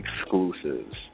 exclusives